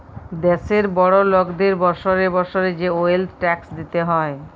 দ্যাশের বড় লকদের বসরে বসরে যে ওয়েলথ ট্যাক্স দিতে হ্যয়